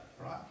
right